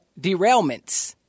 derailments